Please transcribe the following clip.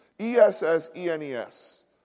E-S-S-E-N-E-S